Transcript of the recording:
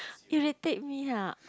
irritate me !huh!